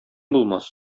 булмас